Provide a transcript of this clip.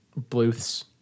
Bluths